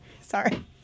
Sorry